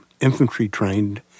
infantry-trained